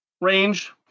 range